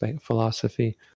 philosophy